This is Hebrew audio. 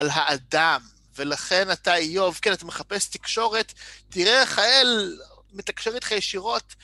על האדם, ולכן אתה איוב, כן, אתה מחפש תקשורת, תראה איך האל מתקשר איתך ישירות.